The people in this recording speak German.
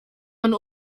man